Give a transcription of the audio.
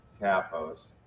CAPOS